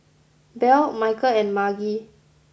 Belle Michael and Margy